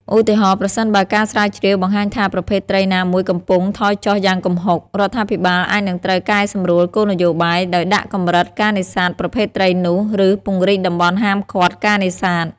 ឧទាហរណ៍ ប្រសិនបើការស្រាវជ្រាវបង្ហាញថាប្រភេទត្រីណាមួយកំពុងថយចុះយ៉ាងគំហុក រដ្ឋាភិបាលអាចនឹងត្រូវកែសម្រួលគោលនយោបាយ ដោយដាក់កម្រិតការនេសាទប្រភេទត្រីនោះ ឬពង្រីកតំបន់ហាមឃាត់ការនេសាទ។